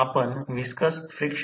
तर हे येत आहे 2076 वॅट